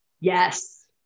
Yes